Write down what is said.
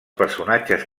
personatges